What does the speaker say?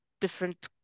different